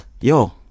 yo